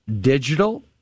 digital